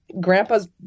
Grandpa's